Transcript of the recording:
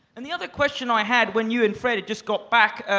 and the other question i had when you and fred had just got back,